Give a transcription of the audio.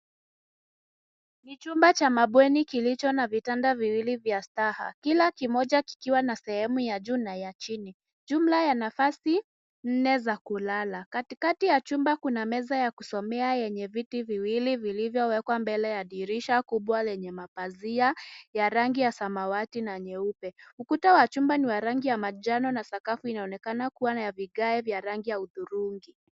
Ni chumba cha mabweni kilicho na vitanda viwili vya staha. Kila kimoja kikiwa na sehemu ya juu na ya chini, jumla ya nafasi nne za kulala. Katikati ya chumba kuna meza ya kusomea yenye viti viwili vilivyowekwa mbele ya dirisha kubwa lenye mapazia ya rangi ya samawati na nyeupe. Ukuta wa chumba ni wa rangi ya manjano na sakafu inaonekana kuwa na ya vigae vya rangi ya hudhurungi.